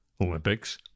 Olympics